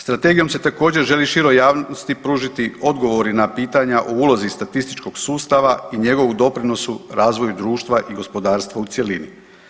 Strategijom se također želi široj javnosti pružiti odgovori na pitanja o ulozi statističkog sustava i njegovu doprinosu razvoju društva i gospodarstva u cjelini.